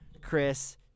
Chris